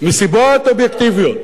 מסיבות אובייקטיביות.